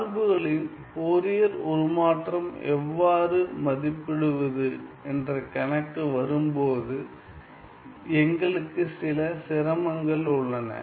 சார்புகளின் ஃபோரியர் உருமாற்றம் எவ்வாறு மதிப்பிடுவது என்ற கணக்கு வரும்போது எங்களுக்கு சில சிரமங்கள் உள்ளன